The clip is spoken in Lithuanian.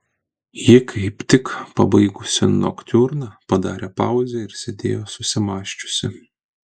ji kaip tik pabaigusi noktiurną padarė pauzę ir sėdėjo susimąsčiusi